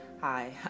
Hi